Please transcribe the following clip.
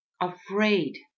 afraid